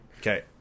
Okay